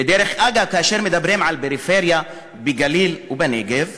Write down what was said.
ודרך אגב, כאשר מדברים על פריפריה בגליל ובנגב,